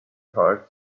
heart